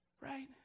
right